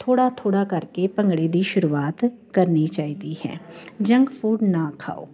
ਥੋੜ੍ਹਾ ਥੋੜ੍ਹਾ ਕਰਕੇ ਭੰਗੜੇ ਦੀ ਸ਼ੁਰੂਆਤ ਕਰਨੀ ਚਾਹੀਦੀ ਹੈ ਜੰਕ ਫ਼ੂਡ ਨਾ ਖਾਓ